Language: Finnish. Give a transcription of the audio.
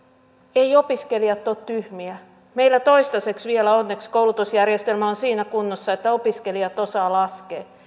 eivät opiskelijat ole tyhmiä meillä toistaiseksi vielä onneksi koulutusjärjestelmä on siinä kunnossa että opiskelijat osaavat laskea